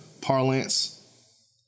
parlance